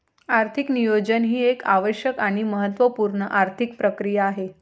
आर्थिक नियोजन ही एक आवश्यक आणि महत्त्व पूर्ण आर्थिक प्रक्रिया आहे